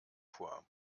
vor